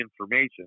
information